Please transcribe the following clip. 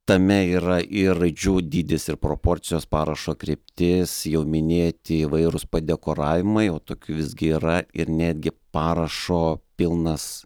tame yra ir raidžių dydis ir proporcijos parašo kryptis jau minėti įvairūs padekoravimai o tokių visgi yra ir netgi parašo pilnas